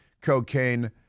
cocaine